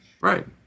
Right